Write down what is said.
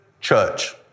Church